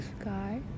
sky